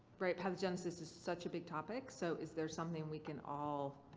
right. pathogenesis is such a big topic. so is there something we can all